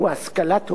הוא השכלת ההורים.